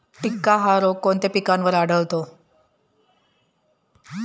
टिक्का हा रोग कोणत्या पिकावर आढळतो?